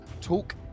talk